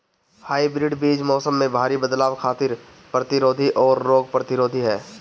hybrid बीज मौसम में भारी बदलाव खातिर प्रतिरोधी आउर रोग प्रतिरोधी ह